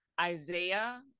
Isaiah